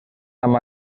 amb